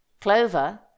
Clover